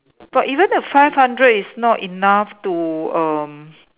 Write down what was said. but even the five hundred is not enough to um